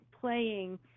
playing